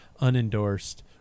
unendorsed